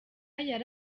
yari